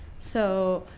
so